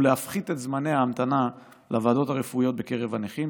ולהפחית את זמני ההמתנה לוועדות הרפואיות בקרב הנכים,